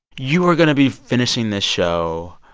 you are going to be finishing this show.